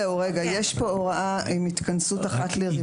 יש פה הוראה עם התכנסות אחת לרבעון.